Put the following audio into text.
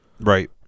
Right